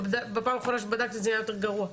בפעם האחרונה שבדקתי זה היה יותר גרוע.